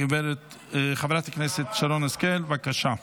גב' חברת הכנסת שרן השכל, בבקשה.